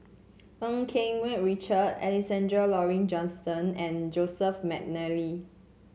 Ng Keng Mun Richard Alexander Laurie Johnston and Joseph McNally